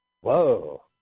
Whoa